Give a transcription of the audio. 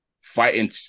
fighting